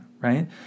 right